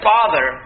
Father